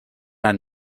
ein